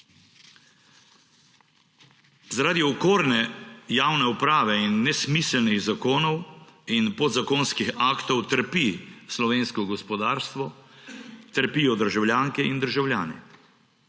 Zaradi okorne javne uprave in nesmiselnih zakonov in podzakonskih aktov trpi slovensko gospodarstvo, trpijo državljanke in državljani.